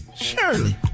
Surely